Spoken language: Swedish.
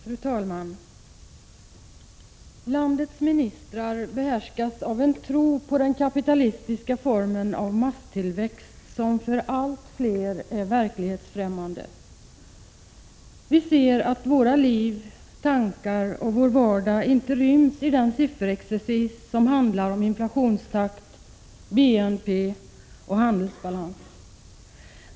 Fru talman! Landets ministrar behärskas av en tro på den kapitalistiska formen av masstillväxt, som för allt fler är verklighetsfrämmande. Vi ser att våra liv, tankar och vår vardag inte ryms i den sifferexercis som handlar om inflationstakt, BNP och handelsbalans.